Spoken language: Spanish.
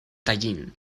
tallin